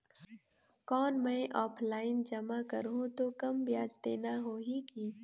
कौन मैं ऑफलाइन जमा करहूं तो कम ब्याज देना होही की?